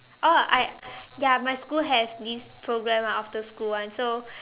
oh I ya my school has this program ah after school [one] so